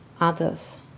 others